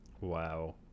wow